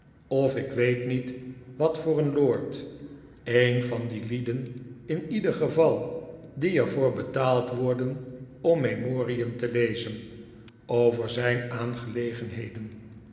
of ik weet niet wat voor een lord een van die lieden in ieder geval die er voor betaald worden om memorien te lezen over zijn aangelegenheden